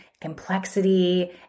complexity